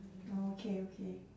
oh okay okay